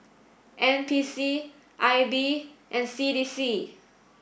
N P C I B and C D C